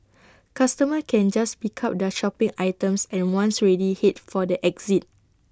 customers can just pick up their shopping items and once ready Head for the exit